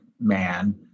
man